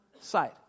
side